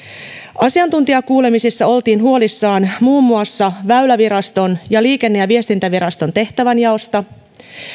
asiantuntijakuulemisissa oltiin huolissaan muun muassa väyläviraston ja liikenne ja viestintäviraston tehtävänjaosta